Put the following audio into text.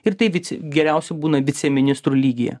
ir tai vic geriausia būna viceministrų lygyje